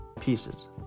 Pieces